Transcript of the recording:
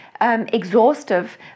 Exhaustive